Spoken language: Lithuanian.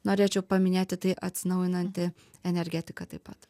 norėčiau paminėti tai atsinaujinanti energetika taip pat